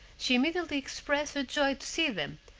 she immediately expressed her joy to see them,